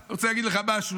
אני רוצה להגיד לך משהו,